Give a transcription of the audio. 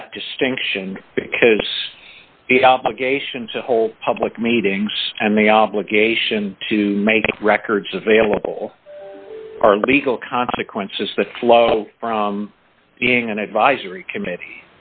that distinction because a geisha is a whole public meetings and the obligation to make records available are legal consequences that flow from being an advisory committee